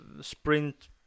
sprint